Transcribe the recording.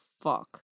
fuck